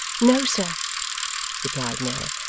no, sir replied nell.